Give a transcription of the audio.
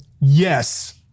Yes